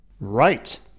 Right